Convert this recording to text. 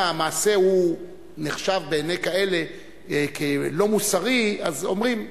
אם המעשה נחשב בעיני כאלה כלא מוסרי, אז אומרים: